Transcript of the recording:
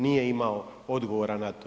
Nije imao odgovora na to.